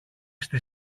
στη